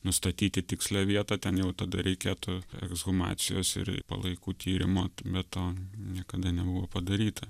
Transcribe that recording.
nustatyti tikslią vietą ten jau tada reikėtų ekshumacijos ir palaikų tyrimo bet to niekada nebuvo padaryta